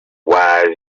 wise